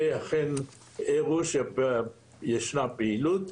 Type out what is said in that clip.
ואכן הראו שישנה פעילות.